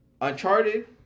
Uncharted